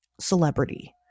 celebrity